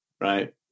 right